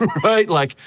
right? like,